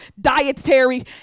dietary